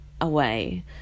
away